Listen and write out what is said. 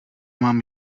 mám